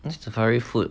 night safari food